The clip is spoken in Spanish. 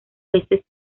veces